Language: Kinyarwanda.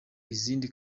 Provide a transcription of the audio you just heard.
izindi